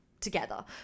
together